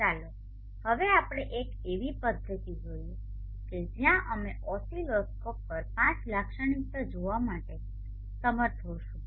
ચાલો હવે આપણે એક એવી પદ્ધતિ જોઈએ કે જ્યાં અમે ઓસિલોસ્કોપ પર IV લાક્ષણિકતા જોવા માટે સમર્થ હોઈશું